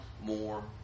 more